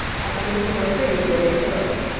at the base of pretty, wooded hills.